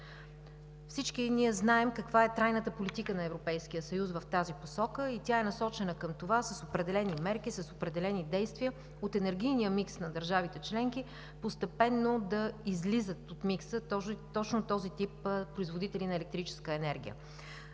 Всички знаем каква е трайната политика на Европейския съюз в тази посока – тя е насочена към това с определени мерки, с определени действия от енергийния микс на държавите членки постепенно да излизат от микса точно този тип производители на електрическа енергия.